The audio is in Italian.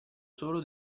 solo